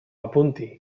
apunti